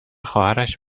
خواهرش